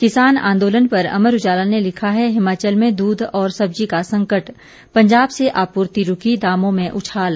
किसान आंदोलन पर अमर उजाला ने लिखा है हिमाचल में दूध और सब्जी का संकट पंजाब से आपूर्ति रुकी दामों में उछाल